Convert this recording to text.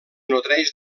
nodreix